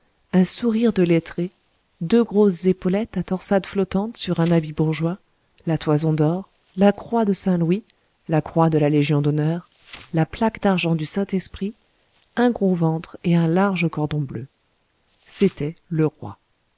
un sourire de lettré deux grosses épaulettes à torsades flottantes sur un habit bourgeois la toison d'or la croix de saint-louis la croix de la légion d'honneur la plaque d'argent du saint-esprit un gros ventre et un large cordon bleu c'était le roi